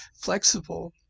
flexible